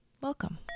Welcome